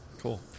Cool